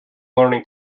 learning